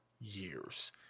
years